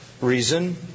reason